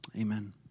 Amen